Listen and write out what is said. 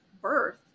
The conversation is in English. birth